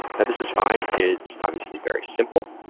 now, this is fine. it's obviously very simple,